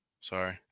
sorry